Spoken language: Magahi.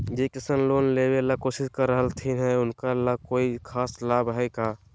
जे किसान लोन लेबे ला कोसिस कर रहलथिन हे उनका ला कोई खास लाभ हइ का?